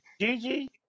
Gigi